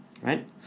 right